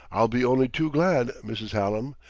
i'll be only too glad, mrs. hallam,